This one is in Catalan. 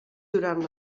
durant